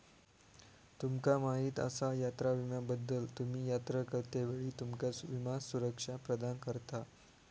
तुमका माहीत आसा यात्रा विम्याबद्दल?, तुम्ही यात्रा करतेवेळी तुमका विमा सुरक्षा प्रदान करता